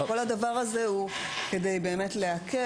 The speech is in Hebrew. כל הדבר הזה הוא כדי להקל